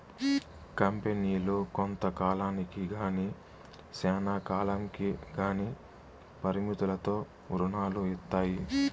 కంపెనీలు కొంత కాలానికి గానీ శ్యానా కాలంకి గానీ పరిమితులతో రుణాలు ఇత్తాయి